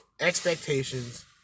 expectations